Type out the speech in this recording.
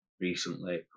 recently